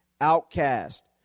outcast